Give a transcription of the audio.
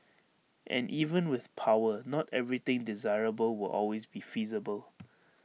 and even with power not everything desirable will always be feasible